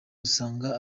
usanga